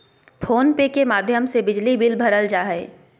phone पे के माध्यम से बिजली बिल भरल जा हय